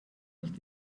nicht